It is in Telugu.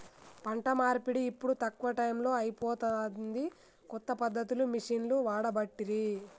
పంట నూర్పిడి ఇప్పుడు తక్కువ టైములో అయిపోతాంది, కొత్త పద్ధతులు మిషిండ్లు వాడబట్టిరి